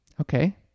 Okay